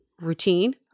routine